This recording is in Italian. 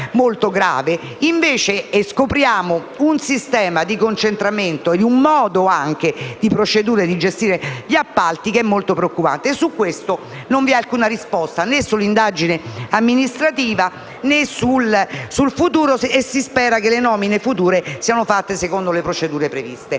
grave - un sistema di concentramento anche nel modo di gestire gli appalti molto preoccupante. Su questo non vi è alcuna risposta né sull'indagine amministrativa né rispetto al futuro, e si spera che le nomine future siano fatte secondo le procedure previste.